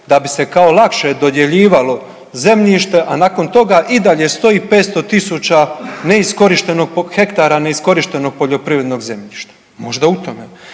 da bi se kao lakše dodjeljivalo zemljište a nakon toga i dalje stoji 500 000 hektara neiskorištenog poljoprivrednog zemljišta. Možda u tome.